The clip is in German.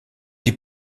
die